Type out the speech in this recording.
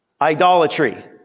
Idolatry